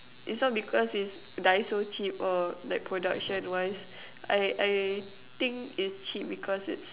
is not because is Daiso cheap or like production wise I I think is cheap because it's